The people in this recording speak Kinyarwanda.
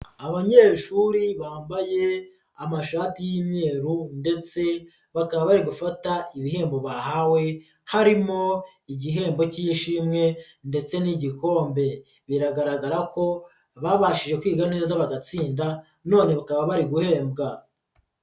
Abanyeshuri bambaye amashati y'imyeru ndetse bakaba bari gufata ibihembo bahawe harimo igihembo cy'ishimwe ndetse n'igikombe, biragaragara ko babashije kwiga neza bagatsinda none bakaba bari guhembwa.